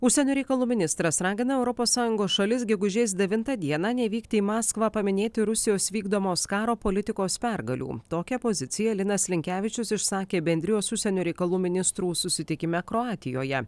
užsienio reikalų ministras ragina europos sąjungos šalis gegužės devintą dieną nevykti į maskvą paminėti rusijos vykdomos karo politikos pergalių tokia pozicija linas linkevičius išsakė bendrijos užsienio reikalų ministrų susitikime kroatijoje